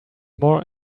more